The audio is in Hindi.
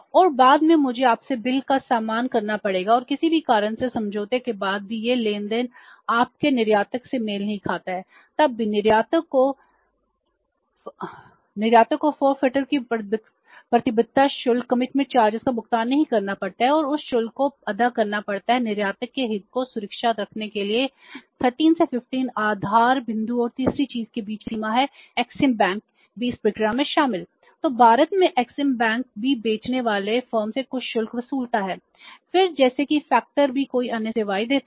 और बाद में मुझे आपसे बिल का सामना करना पड़ेगा और किसी भी कारण से समझौते के बाद भी यह लेन देन आपके निर्यातक से मेल नहीं खाता है तब भी निर्यातक को फ़र्मिटर को प्रतिबद्धता शुल्क भी इस प्रक्रिया में शामिल तो भारत में एक्जिम बैंक भी कई अन्य सेवाएं देते हैं